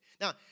Now